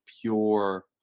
pure